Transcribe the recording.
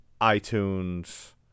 iTunes